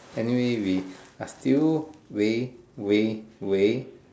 anyway we are still way way way